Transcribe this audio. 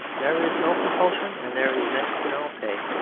there is no compulsion, and there is next to no pay.